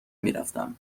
میرفتم